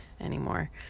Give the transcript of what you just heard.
anymore